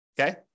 Okay